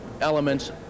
elements